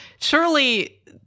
surely